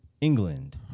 england